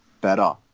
better